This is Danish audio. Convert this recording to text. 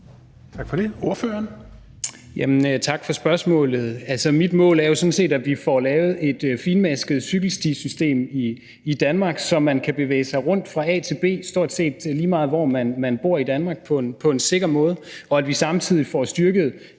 Madsen (EL): Tak for spørgsmålet. Altså, mit mål er sådan set, at vi får lavet et finmasket cykelstisystem i Danmark, så man kan bevæge sig rundt fra A til B, stort set lige meget hvor man bor i Danmark, på en sikker måde, og at vi samtidig får styrket